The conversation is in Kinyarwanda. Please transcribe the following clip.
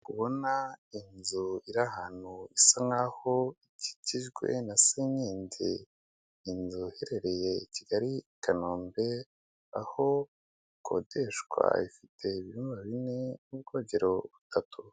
Ndi kubona inzu iri ahantu isa n'aho ikikijwe na senyenge, inzu iherereye i Kigali i Kanombe, aho ikodeshwa ifite ibyumba bine, n'ubwogero butatu.